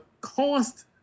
cost